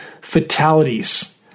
fatalities